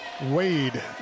Wade